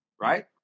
right